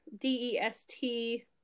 D-E-S-T